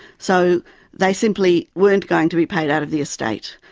so they simply weren't going to be paid out of the estate.